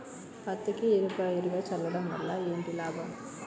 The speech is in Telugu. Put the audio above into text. పత్తికి ఇరవై ఇరవై చల్లడం వల్ల ఏంటి లాభం?